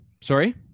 sorry